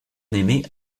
aimée